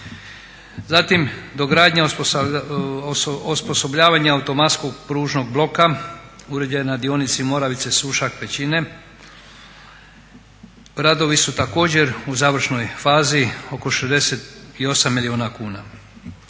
Zatim dogradnja osposobljavanja automatskog pružnog bloka uređen na dionica MOravice-Sušak-Pećine, radovi su također u završnoj fazi oko 68 milijuna kuna.